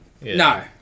No